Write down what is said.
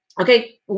Okay